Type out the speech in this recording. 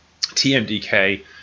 TMDK